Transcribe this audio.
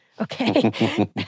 okay